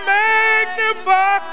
magnify